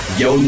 yo